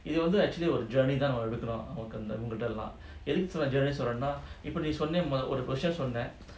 it also actually will journey them தான்எடுக்குறோம்இப்போநீஒரு:than edukurom ipo nee oru question சொன்ன:sonna